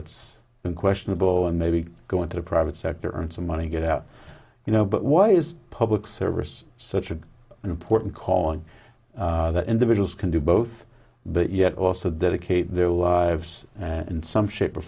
it's questionable and maybe going to the private sector and some money get out you know but why is public service such an important calling that individuals can do both but yet also dedicate their lives in some shape or